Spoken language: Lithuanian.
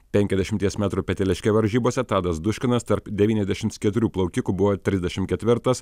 penkiasdešimies metrų peteliške varžybose tadas duškinas tarp devyniasdešims keturių plaukikų buvo trisdešim ketvirtas